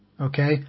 Okay